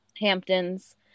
Hamptons